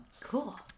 cool